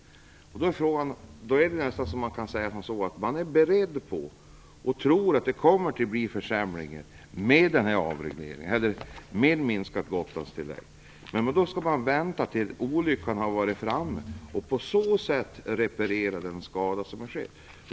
Det kan närmast tolkas så att man tror att minskningen av Gotlandstillägget kommer att leda till försämringar men att man skall vänta till dess att olyckan har inträffat och sedan skall man reparera den skada som sker.